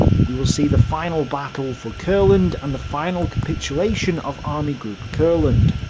we will see the final battle for courland, and the final capitulation of army group courland.